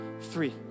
three